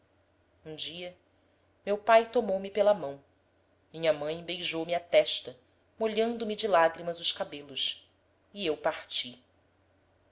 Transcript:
um dia meu pai tomou-me pela mão minha mãe beijou-me a testa molhando me de lágrimas os cabelos e eu parti